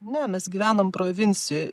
ne mes gyvenam provincijoj